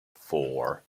four